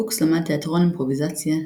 פוקס למד תיאטרון אימפרוביזציה,